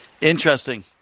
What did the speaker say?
Interesting